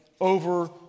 over